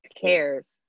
cares